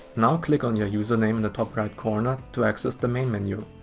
now click on your username in the top right corner to access the main menu.